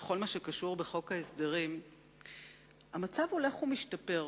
בכל מה שקשור בחוק ההסדרים המצב הולך ומשתפר,